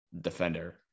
defender